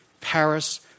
Paris